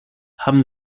haben